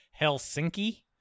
Helsinki